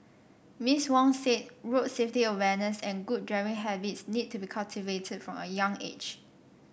Miss Wong said road safety awareness and good driving habits need to be cultivated from a young age